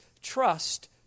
trust